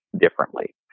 differently